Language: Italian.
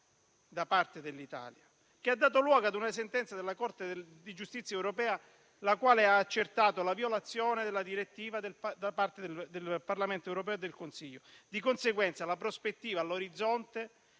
da parte dell'Italia, ha dato luogo ad una sentenza della Corte di giustizia europea, che ha accertato la violazione della direttiva, da parte del Parlamento europeo e del Consiglio. Di conseguenza, la prospettiva all'orizzonte